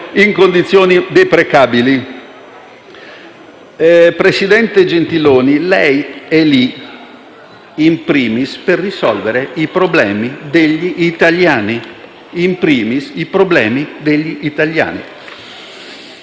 Presidente Gentiloni Silveri, lei è lì *in primis* per risolvere i problemi degli italiani;